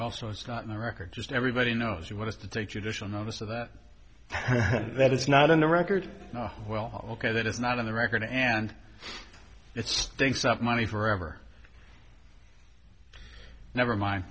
also it's not my record just everybody knows you want to take judicial notice of that that it's not in the record well ok that is not on the record and it stinks of money forever never mind